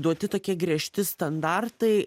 duoti tokie griežti standartai